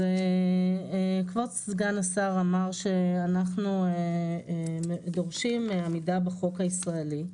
כבוד סגן השר אמר שאנחנו דורשים עמידה בחוק הישראלי.